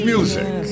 Music